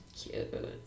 Cute